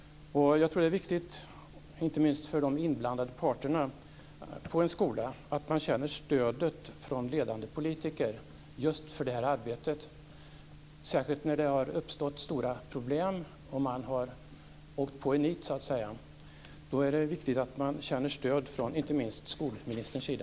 Det är viktigt, inte minst för de inblandade parterna på en skola, att de känner stödet från ledande politiker i arbetet. Det gäller särskilt när det har uppstått stora problem och de har åkt på en nit. Då är det viktigt att de känner stöd från inte minst skolministerns sida.